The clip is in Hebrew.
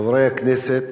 חברי הכנסת,